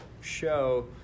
show